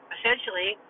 Essentially